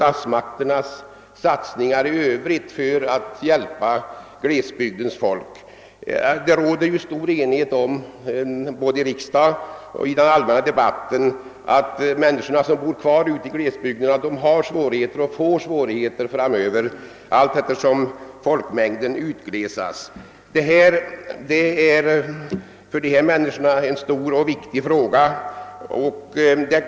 Både här i riksdagen och i den allmänna debatten råder ju stor enighet om att man skall hjälpa de människor som bor kvar i glesbygderna och som får allt större svårigheter efter hand som folkmängden minskar. För glesbygdens folk är detta en stor och viktig fråga. Den nya (fr.